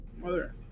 mother